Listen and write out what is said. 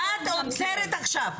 את עוצרת עכשיו.